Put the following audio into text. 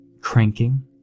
cranking